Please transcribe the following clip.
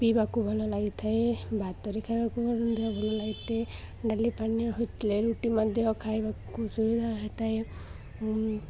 ପିଇବାକୁ ଭଲ ଲାଗିଥାଏ ଭାତରେ ଖାଇବାକୁ ଭଲ ଲାଗିଥାଏ ଡାଲି ପାନୀୟଆ ହୋଇଥିଲେ ରୁଟି ମଧ୍ୟ ଖାଇବାକୁ ସୁବିଧା ହେଇଥାଏ